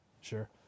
Sure